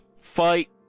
fight